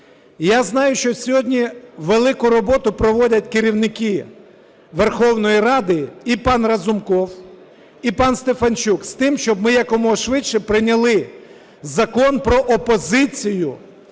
Я знаю, що сьогодні велику роботу проводять керівники Верховної Ради – і пан Разумков, і пан Стефанчук – з тим, щоби ми якомога швидше прийняли Закон про опозицію